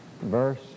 verse